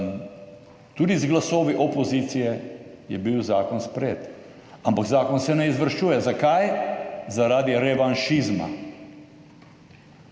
tudi z glasovi opozicije je bil zakon sprejet, ampak zakon se ne izvršuje. Zakaj? Zaradi revanšizma.